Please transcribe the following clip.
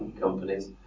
companies